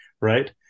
Right